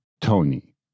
Tony